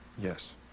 yes